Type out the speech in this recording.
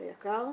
את היק"ר,